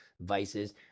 vices